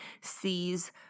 sees